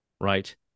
Right